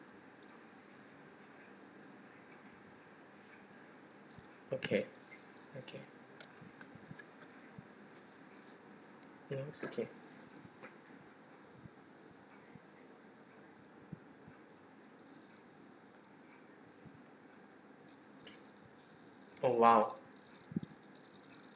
okay okay ya it's okay oh !wow!